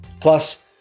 Plus